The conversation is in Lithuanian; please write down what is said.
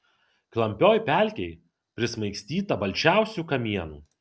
klampioj pelkėj prismaigstyta balčiausių kamienų